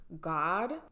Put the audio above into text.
God